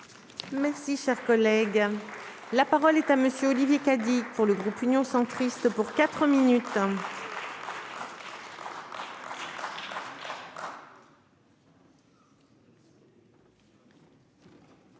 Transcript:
Merci cher collègue. La parole est à monsieur Olivier Cadic, pour le groupe Union centriste pour 4 minutes.